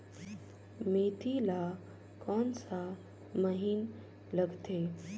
मेंथी ला कोन सा महीन लगथे?